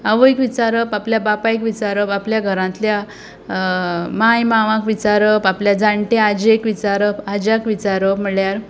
आवयक विचारप आपल्या बापायक विचारप आपल्या घरांतल्या मांय मांवाक विचारप आपल्या जाण्टे आजेक विचारप आज्याक विचारप म्हटल्यार